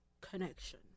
Connection